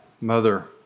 mother